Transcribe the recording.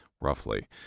roughly